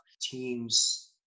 teams